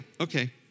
okay